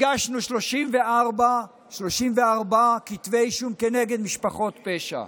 הגשנו 34 כתבי אישום כנגד משפחות פשע,